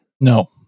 No